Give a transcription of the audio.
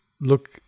look